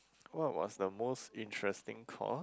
what was the most interesting course